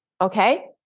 okay